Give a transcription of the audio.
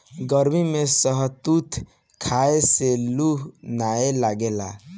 गरमी में शहतूत खाए से लूह नाइ लागेला